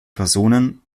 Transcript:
personen